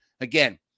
again